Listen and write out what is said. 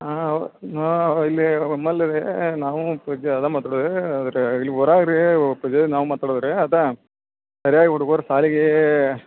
ಹಾಂ ಹಾಂ ಇಲ್ಲಿ ನಮ್ಮಲ್ಲಿ ನಾವು ಮಾತಾಡುದು ರೀ ಆದರೆ ಇಲ್ಲಿ ಹೊರಗ್ ರೀ ನಾವು ಮಾತಾಡುದು ರೀ ಅದು ಸರಿಯಾಗಿ ಹುಡ್ಗುರ ಸಾಲಿಗೆ